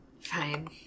Fine